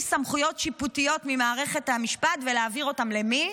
סמכויות שיפוטיות ממערכת המשפט ולהעביר אותן למי?